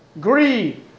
greed